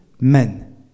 men